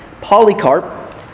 Polycarp